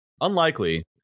unlikely